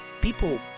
People